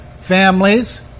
families